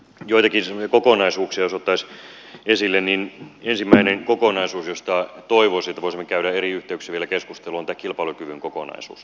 joitakin kokonaisuuksia jos ottaisi esille niin ensimmäinen kokonaisuus josta toivoisin että voisimme käydä eri yhteyksissä vielä keskustelua on tämä kilpailukyvyn kokonaisuus